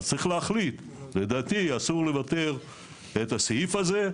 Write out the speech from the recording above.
אז צריך להחליט, ולדעתי, אסור לבטל את הסעיף הזה.